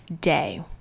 day